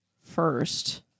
First